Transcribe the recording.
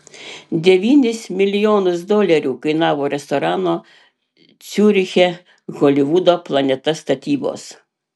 devynis milijonus dolerių kainavo restorano ciuriche holivudo planeta statybos